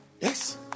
Yes